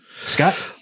Scott